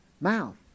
mouth